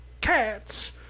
cats